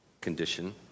condition